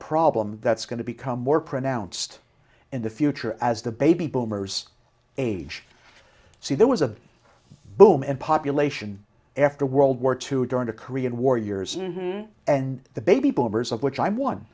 problem that's going to become more pronounced in the future as the baby boomers age see there was a boom in population after world war two during the korean war years and the baby boomers of which i'm one